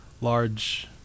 large